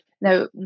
Now